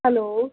hello